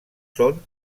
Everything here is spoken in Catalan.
són